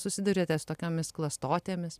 susiduriate su tokiomis klastotėmis